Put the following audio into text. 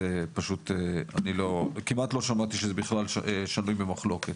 אני כמעט לא שמעתי שזה בכלל שנוי במחלוקת.